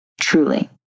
Truly